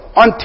on